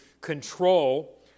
control